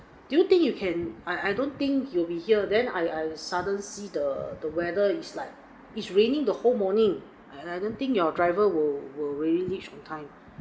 do you think you can I I don't think he will be here then I I sudden see the the weather is like it's raining the whole morning I I don't think your driver will will be reached on time